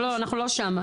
אנחנו עוד לא שם.